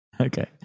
Okay